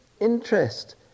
interest